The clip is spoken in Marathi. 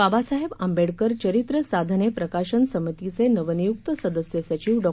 बाबासाहेब आंबेडकर चरित्र साधने प्रकाशन समितीचे नवनियुक्त सदस्य सचिव डॉ